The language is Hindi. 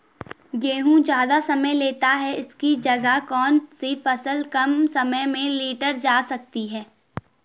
गेहूँ ज़्यादा समय लेता है इसकी जगह कौन सी फसल कम समय में लीटर जा सकती है?